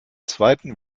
zweiten